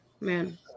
Man